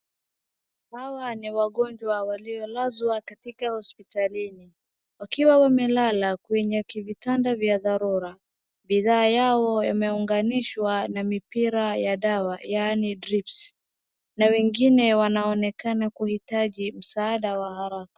Hawa ni wagonjwa waliolazwa katika hospitalini wakiwa wamelala kwenye vitanda vya dharura bidhaa yao yameunganishwa na mipira ya dawa yaan [cs ]drips [cs ]na wengine wanoeneka kuitaji msaada wa haraka.